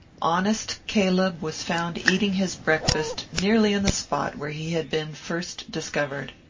honest caleb was found eating his breakfast nearly in the spot where he had been first discovered.